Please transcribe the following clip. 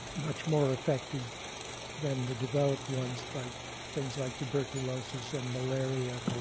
much more effective than the developed ones by things like tuberculosis, and malaria,